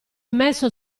messo